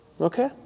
okay